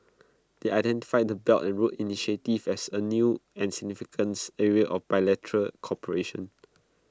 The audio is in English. they identified the belt and road initiative as A new and significance area of bilateral cooperation